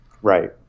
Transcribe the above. Right